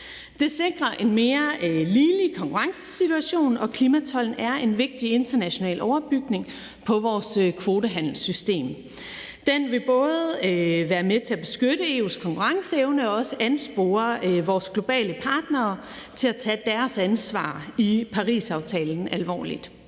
Det sikrer en mere ligelig konkurrencesituation. Klimatolden er en vigtig international overbygning på vores kvotehandelssystem. Den vil både være med til at beskytte EU's konkurrenceevne og også anspore vores globale partnere til at tage deres ansvar i Parisaftalen alvorligt.